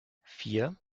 vier